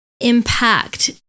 impact